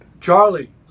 Charlie